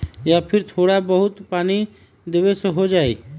या फिर थोड़ा बहुत पानी देबे से हो जाइ?